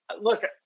look